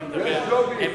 אתם